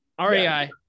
rei